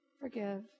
Forgive